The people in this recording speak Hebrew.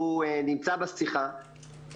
והוא נמצא בשיחה,